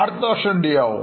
അടുത്തവർഷം due ആവും